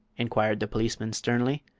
inquired the policeman, sternly.